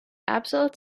absolute